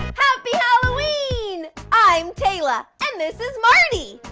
happy halloween! i'm tayla. and this is marty.